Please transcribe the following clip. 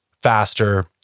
faster